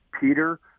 Peter